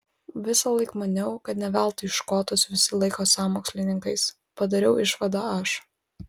visąlaik maniau kad ne veltui škotus visi laiko sąmokslininkais padariau išvadą aš